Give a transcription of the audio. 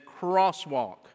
crosswalk